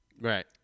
Right